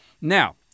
Now